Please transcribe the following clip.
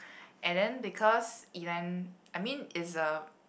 and then because event I mean it's a